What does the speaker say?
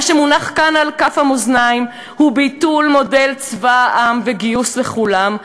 מה שמונח כאן על כף המאזניים הוא ביטול מודל צבא העם וגיוס לכולם,